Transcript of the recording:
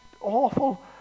awful